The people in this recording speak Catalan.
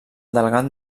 delegat